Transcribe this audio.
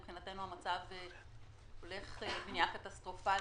מבחינתנו המצב הולך ונהיה קטסטרופלי.